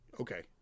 okay